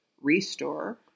restore